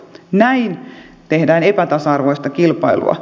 näin tehdään epätasa arvoista kilpailua